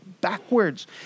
backwards